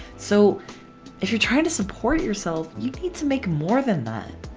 so if you're trying to support yourself you need to make more than that.